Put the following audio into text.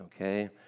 okay